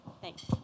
Thanks